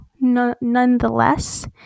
nonetheless